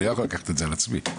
תראו,